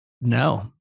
no